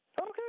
Okay